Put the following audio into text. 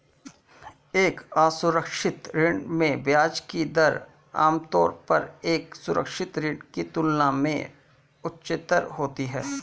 एक असुरक्षित ऋण में ब्याज की दर आमतौर पर एक सुरक्षित ऋण की तुलना में उच्चतर होती है?